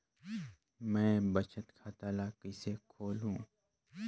मैं बचत खाता ल किसे खोलूं?